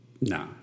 No